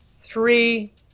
three